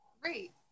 Great